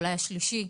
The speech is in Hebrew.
אולי השלישי,